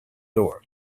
door